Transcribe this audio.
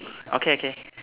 okay okay